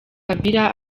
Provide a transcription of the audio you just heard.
kabila